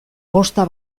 posta